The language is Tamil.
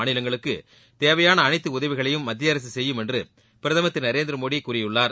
மாநிலங்களுக்கு தேவையான அனைத்து உதவிகளையும் மத்திய அரசு செய்யும் என்று பிரதமர் திரு நரேந்திரமோடி கூறியுள்ளார்